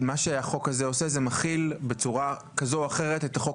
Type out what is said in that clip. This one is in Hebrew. שהחוק הזה עושה זה מחיל בצורה כזו או אחרת את החוק